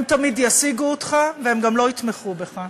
הם תמיד ישיגו אותך, והם גם לא יתמכו בך.